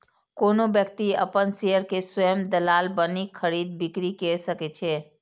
कोनो व्यक्ति अपन शेयर के स्वयं दलाल बनि खरीद, बिक्री कैर सकै छै